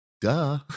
Duh